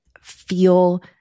feel